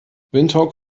windhoek